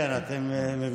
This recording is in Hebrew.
כן, אתם מבינים?